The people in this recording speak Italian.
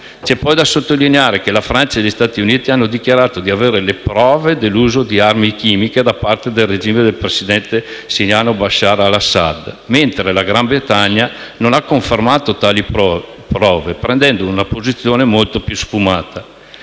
poi sottolineare che la Francia e gli Stati Uniti hanno dichiarato di avere le prove dell'uso di armi chimiche da parte del regime del presidente siriano Bashar al-Assad, mentre la Gran Bretagna non ha confermato tali prove, prendendo una posizione molto più sfumata.